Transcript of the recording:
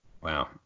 Wow